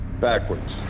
Backwards